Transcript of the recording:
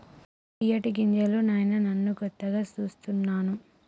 ఇయ్యేటి గింజలు నాయిన నాను కొత్తగా సూస్తున్నాను